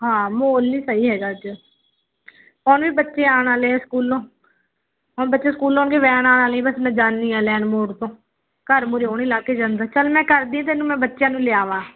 ਹਾਂ ਮਾਹੌਲ ਨਹੀਂ ਸਹੀ ਹੈਗਾ ਅੱਜ ਹੁਣ ਵੀ ਬੱਚੇ ਆਉਣ ਵਾਲੇ ਸਕੂਲੋਂ ਹੁਣ ਬੱਚੇ ਸਕੂਲੋਂ ਦੀ ਵੈਨ ਆਉਣ ਵਾਲੀ ਬਸ ਮੈਂ ਜਾਂਦੀ ਹਾਂ ਲੈਣ ਮੋੜ ਤੋਂ ਘਰ ਮੂਹਰੇ ਉਹ ਨਹੀਂ ਲਾ ਕੇ ਜਾਂਦਾ ਚਲ ਮੈਂ ਕਰਦੀ ਤੈਨੂੰ ਮੈਂ ਬੱਚਿਆਂ ਨੂੰ ਲਿਆਵਾਂ